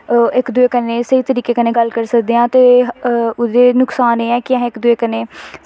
इक दुए कन्नै स्हेई तरीके कन्नै गल्ल करी सकदे आं ते ओह्दे नुकसान एह् ऐ कि अस इक दुऐ कन्नै